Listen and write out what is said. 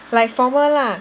like formal lah